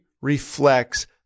reflects